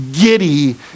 giddy